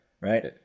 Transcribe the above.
right